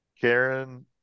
Karen